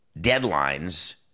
deadlines